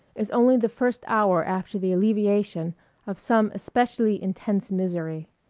is only the first hour after the alleviation of some especially intense misery.